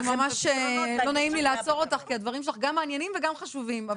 ממש לא נעים לי לעצור אותך כי הדברים שלך גם מעניינים וגם חשובים.